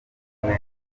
rumwe